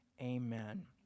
Amen